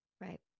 Right